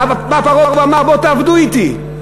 בא פרעה ואמר: בואו תעבדו אתי,